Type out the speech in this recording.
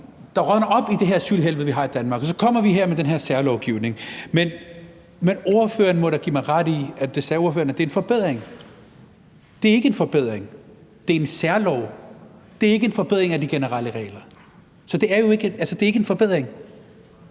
der rådner op i det her asylhelvede, vi har i Danmark. Og så kommer vi her med den her særlovgivning, men ordføreren må da give mig ret i – ordføreren sagde, at det var en forbedring – at det ikke er en forbedring. Det er en særlov. Det er ikke en forbedring af de generelle regler. Så altså, det er ikke en forbedring.